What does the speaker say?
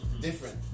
different